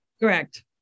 Correct